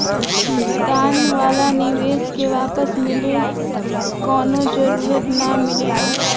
दान वाला निवेश के वापस मिले कवनो जरूरत ना मिलेला